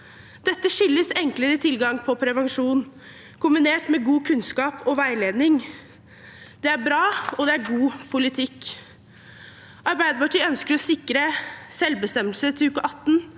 Dette skyldes enklere tilgang på prevensjon kombinert med god kunnskap og veiledning. Det er bra, og det er god politikk. Arbeiderpartiet ønsker å sikre selvbestemmelse til uke 18,